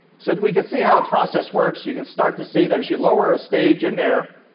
so we can see how the process works. you can start to see that as you lower a stage in there,